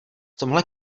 tomhle